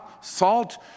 salt